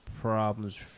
problems